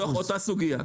אדוני בתוך אותה סוגיה,